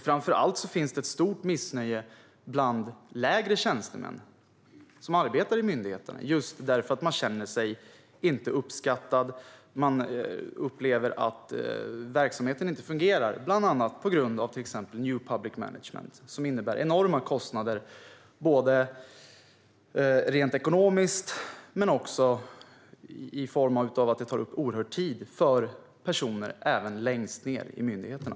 Framför allt finns ett stort missnöje bland lägre tjänstemän som arbetar i myndigheterna, just därför att de inte känner sig uppskattade och uppfattar att verksamheten inte fungerar, bland annat på grund av new public management, som innebär enorma kostnader rent ekonomiskt och i form av att den tar oerhörd tid även för personer längst ned i myndigheterna.